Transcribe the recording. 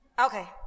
Okay